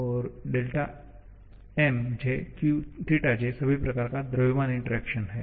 𝛿𝑚𝑗θ𝑗सभी प्रकार का द्रव्यमान इंटरेक्शन है